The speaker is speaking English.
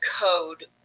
code